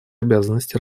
обязанности